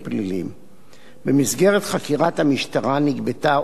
במסגרת חקירת המשטרה נגבתה הודעה מהרב אליהו.